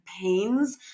pains